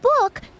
book